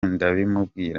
ndabimubwira